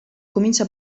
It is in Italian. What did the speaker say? comincia